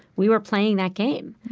we were playing that game.